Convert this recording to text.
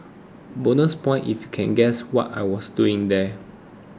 bonus points if you can guess what I was doing there